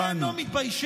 אתם לא מתביישים?